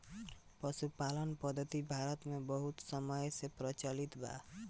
पशुपालन पद्धति भारत मे बहुत समय से प्रचलित बा